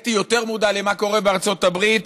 שנהייתי יותר מודע למה שקורה בארצות הברית